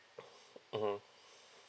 mmhmm